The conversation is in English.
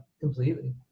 completely